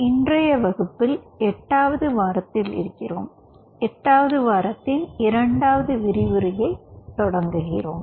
இன்றைய வகுப்பில் 8 வது வாரத்தில் இருக்கிறோம் 8 வது வாரம் 2வது விரிவுரை ஐத் தொடங்குகிறோம்